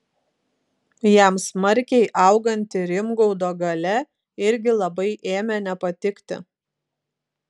jam smarkiai auganti rimgaudo galia irgi labai ėmė nepatikti